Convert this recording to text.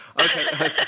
Okay